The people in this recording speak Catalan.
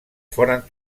foren